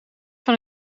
van